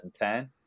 2010